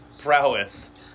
prowess